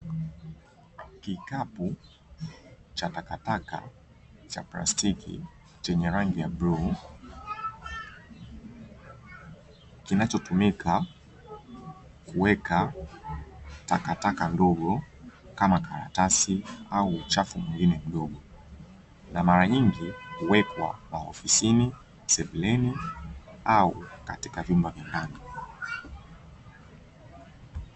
Kikapu cha takataka cha plastiki chenye rangi ya bluu kinachotumika kuweka takataka ndogo ama karatasi ama uchafu mwingine mdogo. Mara nyingi huwekwa maofisini , sebuleni au katika vyumba vya ndani